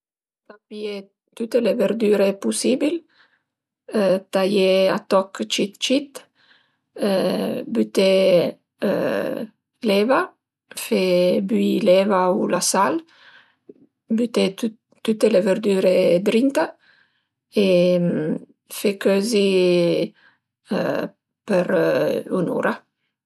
Pìe tüte le verdüre pusibil, taié a toch cit cit büté l'eva, fe böi l'eva u la sal, büté tüte le verdüre drinta e fe cözi për ün'ura